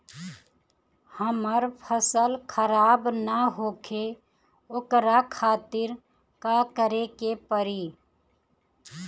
हमर फसल खराब न होखे ओकरा खातिर का करे के परी?